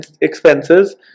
expenses